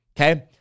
okay